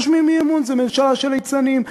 רושמים אי-אמון: זאת ממשלה של ליצנים,